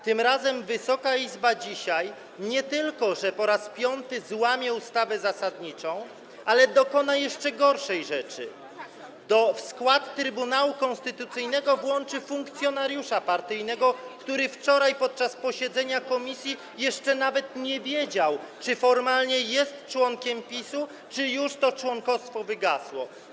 Tym razem Wysoka Izba nie tylko po raz piąty złamie ustawę zasadniczą, ale również dokona jeszcze gorszej rzeczy: w skład Trybunału Konstytucyjnego włączy funkcjonariusza partyjnego, który wczoraj podczas posiedzenia komisji jeszcze nawet nie wiedział, czy formalnie jest członkiem PiS-u, czy już to członkostwo wygasło.